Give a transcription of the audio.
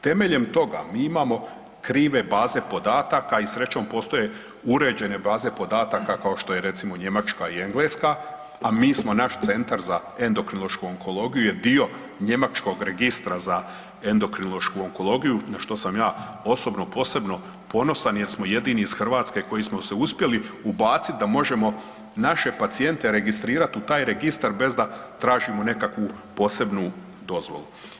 Temeljem toga mi imamo krive baze podataka i srećom postoje uređene baze podataka kao što je recimo Njemačka i Engleska, a mi smo naš centar za endokrinološku onkologiju je dio njemačkog registra za endokrinološku onkologiju na što sam ja osobno posebno ponosan jer smo jedini iz Hrvatske koji smo se uspjeli ubaciti da možemo naše pacijente registrirat u taj registar bez da tražimo nekakvu posebnu dozvolu.